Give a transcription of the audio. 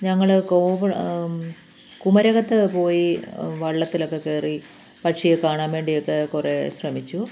ഞങ്ങൾ കോവിഡ് കുമരകത്തു പോയി വള്ളത്തിലൊക്കെ കയറി പക്ഷിയെ കാണാൻ വേണ്ടിയൊക്കെ കുറേ ശ്രമിച്ചു